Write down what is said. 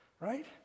right